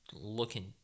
looking